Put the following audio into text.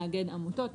מאגד עמותות,